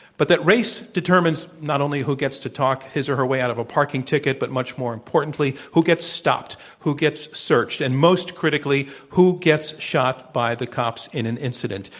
but that race determines not only who gets to talk his or her way out of a parking ticket, but more importantly, who gets stopped, who gets searched, and most critically, who gets shot by the cops in an incident,